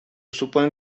suponho